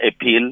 appeal